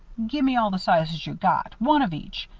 gimme all the sizes you got. one of each.